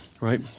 right